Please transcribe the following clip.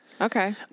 Okay